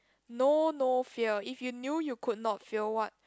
know no fear if you knew you could not fear what